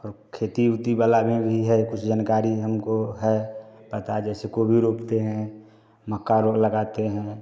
और खेती ओती वाला में भी है कुछ जानकारी हमको है पता जैसे गोभी रोपते हैं मक्का लगाते हैं